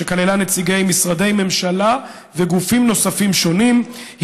שכללה נציגי משרדי ממשלה וגופים נוספים שונים,